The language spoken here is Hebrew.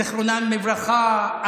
זיכרונם לברכה,